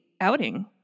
outing